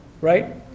right